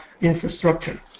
infrastructure